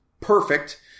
perfect